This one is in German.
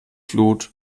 flut